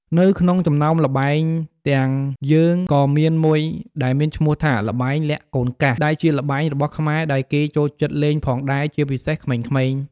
នៅក្នុងចំណោមល្បែងទាំងយើងក៏មានមួយដែលមានឈ្មោះថាល្បែងលាក់កូនកាសដែលជាល្បែងរបស់ខ្មែរដែលគេចូលចិត្តលេងផងដែរជាពិសេសក្មេងៗ។